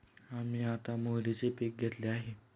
आम्ही आता मोहरीचे पीक घेतले आहे